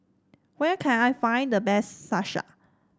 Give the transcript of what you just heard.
where can I find the best Salsa